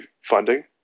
funding